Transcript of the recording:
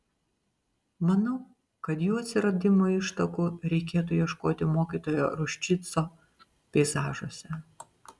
manau kad jų atsiradimo ištakų reikėtų ieškoti mokytojo ruščico peizažuose